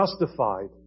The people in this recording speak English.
justified